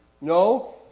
no